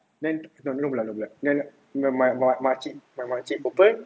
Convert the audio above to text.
then no blood no blood then my my makcik my makcik open